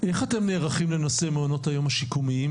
איך אתם נערכים לנושא מעונות היום השיקומיים,